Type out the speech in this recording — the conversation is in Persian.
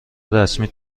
رسمی